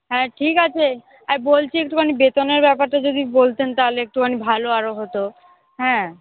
হ্যাঁ ঠিক আছে আর বলছি একটুখানি বেতনের ব্যাপারটা যদি বলতেন তাহলে একটুখানি ভালো আরো হতো হ্যাঁ